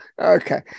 okay